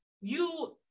you-